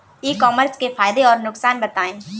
ई commerce के फायदे और नुकसान बताएँ?